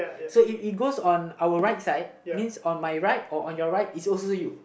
so it it goes on our right side means on my right or on your right is also you